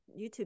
YouTube